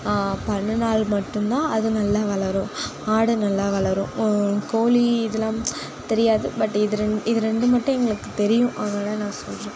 பண்ணினால் மட்டுந்தான் அது நல்லா வளரும் ஆடு நல்லா வளரும் கோழி இதெல்லாம் தெரியாது பட் இது ரெண்டு இது ரெண்டு மட்டும் எங்களுக்கு தெரியும் அதனால நான் சொல்கிறேன்